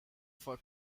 for